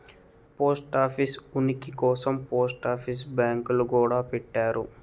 post office ఉనికి కోసం post office బ్యాంకులు గూడా పెట్టారు